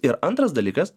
ir antras dalykas